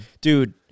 dude